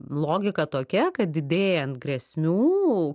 logika tokia kad didėjant grėsmių